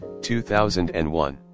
2001